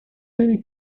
teria